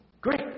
Great